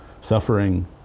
suffering